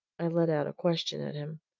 i let out a question at him.